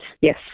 yes